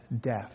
death